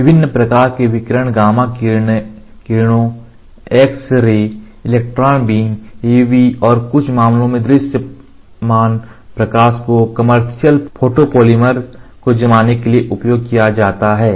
विभिन्न प्रकार के विकिरण गामा किरणों X ray electron beam UV और कुछ मामलों में दृश्यमान प्रकाश को कमर्शियल फोटोपॉलीमर को जमाने के लिए उपयोग किया जाता है